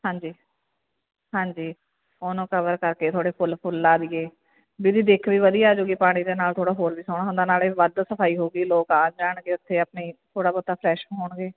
ਹਾਂਜੀ ਹਾਂਜੀ ਉਹਨੂੰ ਕਵਰ ਕਰਕੇ ਥੋੜ੍ਹੇ ਫੁੱਲ ਫੁੱਲ ਲਗਾ ਦਈਏ ਵੀ ਇਹਦੀ ਦਿੱਖ ਵੀ ਵਧੀਆ ਆਜੂਗੀ ਪਾਣੀ ਦੇ ਨਾਲ ਥੋੜ੍ਹਾ ਹੋਰ ਵੀ ਸੋਹਣਾ ਹੁੰਦਾ ਨਾਲੇ ਵੱਧ ਸਫਾਈ ਹੋ ਗਈ ਲੋਕ ਆਣ ਜਾਣਗੇ ਉੱਥੇ ਆਪਣੀ ਥੋੜ੍ਹਾ ਬਹੁਤਾ ਫਰੈਸ਼ ਹੋਣਗੇ